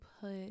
put